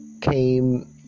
came